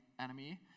enemy